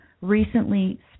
recently